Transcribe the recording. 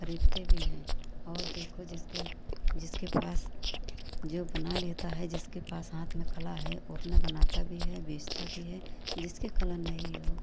ख़रीदते भी हैं और जिसके जिसके पास जो बना लेता है जिसके पास हाथ में कला है वह अपना बनाता भी है बेचता भी है जिसकी कला नहीं है वह